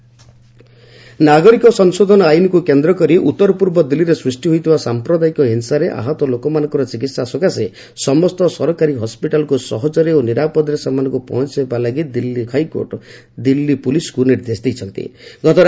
Delhi HC violence ନାଗରିକ ସଂଶୋଧନ ଆଇନ୍କୁ କେନ୍ଦ୍ରକରି ଉତ୍ତରପୂର୍ବ ଦିଲ୍ଲୀରେ ସୃଷ୍ଟି ହୋଇଥିବା ସାମ୍ପ୍ରଦାୟିକ ହିଂସାରେ ଆହତ ଲୋକମାନଙ୍କର ଚିକିତ୍ସା ସକାଶେ ସମସ୍ତ ସରକାରୀ ହସ୍କିଟାଲକୁ ସହଜରେ ଓ ନିରାପଦରେ ସେମାନଙ୍କୁ ପହଞ୍ଚାଇବା ଲାଗି ଦିଲ୍ଲୀ ହାଇକୋର୍ଟ ଦିଲ୍ଲୀ ପୁଲିସକୁ ନିର୍ଦ୍ଦେଶ ଦେଇଛନ୍ତି